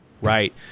Right